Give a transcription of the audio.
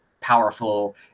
powerful